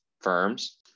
firms